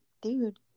dude